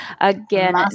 again